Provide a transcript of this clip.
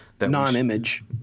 Non-image